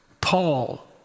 Paul